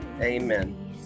amen